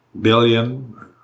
billion